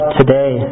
today